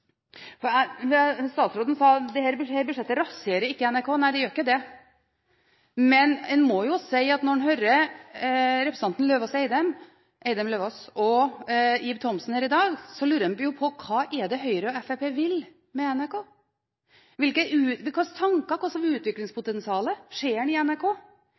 Statsråden sa at dette budsjettet raserer ikke NRK. Nei, det gjør ikke det, men man må si at når man hører representantene Eidem Løvaas og Thomsen her i dag, lurer man på hva det er Høyre og Fremskrittspartiet vil med NRK. Hvilke tanker har man om og hvilket utviklingspotensial ser man i NRK?